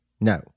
No